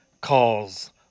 calls